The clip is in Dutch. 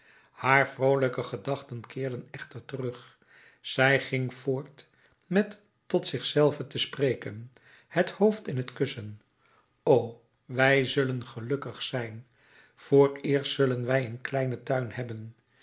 haar vroolijke gedachten keerden echter terug zij ging voort met tot zich zelve te spreken het hoofd in t kussen o wij zullen gelukkig zijn vooreerst zullen wij een kleinen tuin hebben